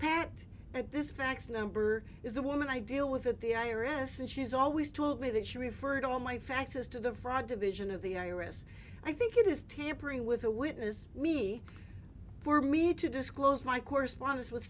pat at this fax number is the woman i deal with at the i r s and she's always told me that she referred all my faxes to the fraud division of the iris i think it is tampering with a witness me for me to disclose my correspondence with